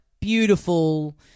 beautiful